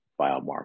biomarker